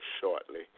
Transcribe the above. shortly